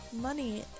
money